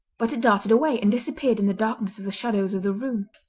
but it darted away and disappeared in the darkness of the shadows of the room.